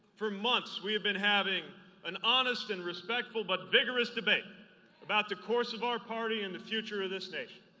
for months we have been having an honest and respectful but vigorous debate about the course of our party in the future of this nation.